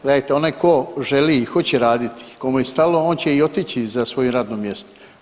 Gledajte onaj tko želi i hoće raditi, komu je stalo on će i otići za svoje radno mjesto.